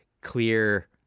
clear